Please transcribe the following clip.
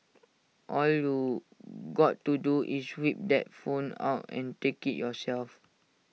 all you got to do is whip that phone out and take IT yourself